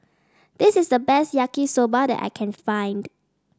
this is the best Yaki Soba that I can find